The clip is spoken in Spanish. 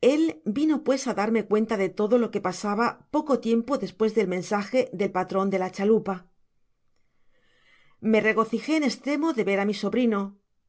el vino pues a darme cuenta de lodo lo que pasaba poco tiempo despues del mensaje del patron de la chalupa content from google book search generated at me regocijó en estremo de ver á mi sobrino